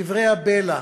דברי הבלע,